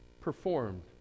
performed